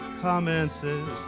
commences